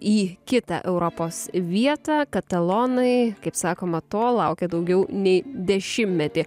į kitą europos vietą katalonai kaip sakoma to laukė daugiau nei dešimtmetį